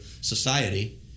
society